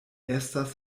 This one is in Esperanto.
estas